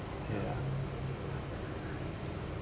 ya